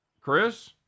Chris